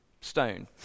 stone